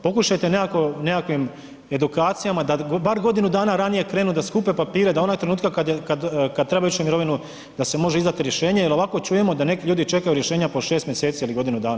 Pokušajte nekakvim edukacijama da bar godinu dana ranije krenu, da skupe papire, da onoga trenutka kada treba ići u mirovinu da se može izdati rješenje jel ovako čujemo da neki ljudi čekaju rješenja po šest mjeseci ili godinu dana.